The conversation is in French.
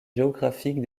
géographiques